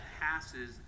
passes